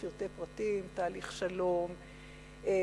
לפרטי פרטים: תהליך שלום,